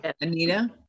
Anita